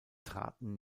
traten